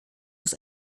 muss